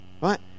right